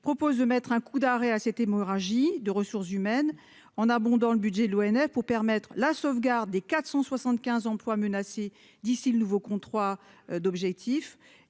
propose de mettre un coup d'arrêt à cette hémorragie de ressources humaines en abondant le budget de l'ONF pour permettre la sauvegarde des 475 emplois menacés d'ici le nouveau contrat d'objectifs